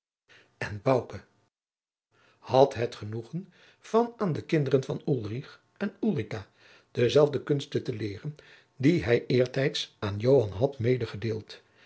en bouke had het genoegen van aan de kinderen van ulrich en ulrica dezelfde kunsten te leeren die hij eertijds aan joan had